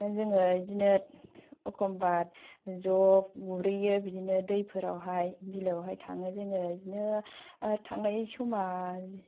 जोङो बिदिनो एखम्बा ज गुरैयो बिदिनो दैफोराव हाय बिलोयाव थाङो जोङो बिदिनो थांनाय समा